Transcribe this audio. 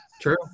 True